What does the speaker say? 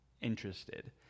interested